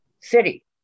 city